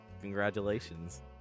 congratulations